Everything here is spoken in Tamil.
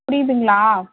புரியுதுங்களா